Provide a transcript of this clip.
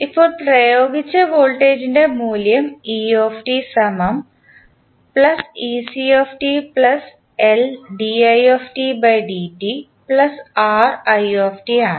ഇപ്പോൾ പ്രയോഗിച്ച വോൾട്ടേജിൻറെ മൂല്യം ആണ്